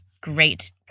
Great